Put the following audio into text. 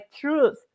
truth